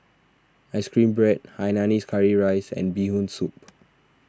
Ice Cream Bread Hainanese Curry Rice and Bee Hoon Soup